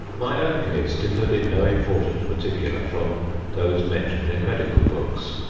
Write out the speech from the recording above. my own case differed in no important particular from those mentioned in medical books.